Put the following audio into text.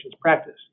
practice